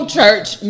church